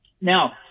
Now